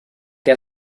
que